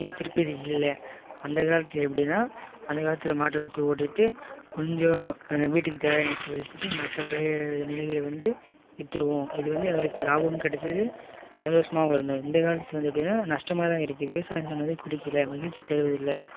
ஏ திருப்தி இல்லை அந்த காலத்தில் எப்படின்னா அந்த காலத்தில் மாட்டை வச்சி ஓட்டிகிட்டு கொஞ்சம் வீட்டுக்கு தேவையான எடுத்து வச்சிட்டு மற்ற பை ஏ நெல்களை வந்து விற்றுருவோம் இது வந்து எங்களுக்கு லாபமும் கிடச்சிது சந்தோஷமாகவும் இருந்தோம் இந்த காலத்தில் வந்து எப்படின்னா நஷ்டமாக தான் இருக்கு விவசாயம் சார்ந்ததே பிடிக்கல மகிழ்ச்சி தருவதில்லை